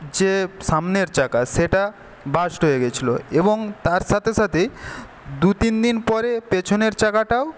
যে সামনের চাকা সেটা বাস্ট হয়ে গেছিল এবং তার সাথে সাথেই দু তিন দিন পরে পেছনের চাকাটাও